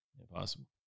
impossible